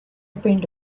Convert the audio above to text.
friend